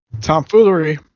Tomfoolery